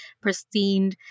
pristine